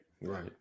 Right